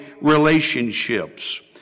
relationships